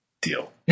deal